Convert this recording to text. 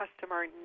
customer